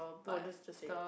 no just just say it